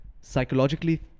psychologically